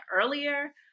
earlier